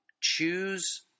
choose